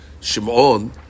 Shimon